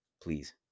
Please